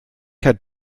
had